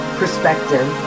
perspective